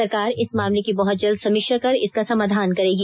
सरकार इस मामले की बहुत जल्द समीक्षा कर इसका सामाधान करेगी